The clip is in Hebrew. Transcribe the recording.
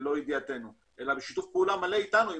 ללא ידיעתנו אלא בשיתוף פעולה מלא אתנו,